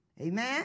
Amen